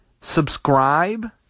Subscribe